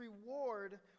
reward